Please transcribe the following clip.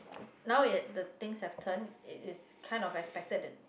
now it the things have turn it is kind of expect that